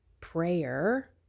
prayer